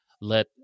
let